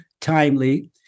timely